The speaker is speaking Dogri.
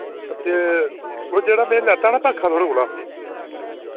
ते ओह् जेह्ड़ा मैं लैता ना पंखा थुआढ़े कोला